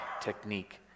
technique